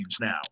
now